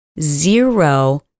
zero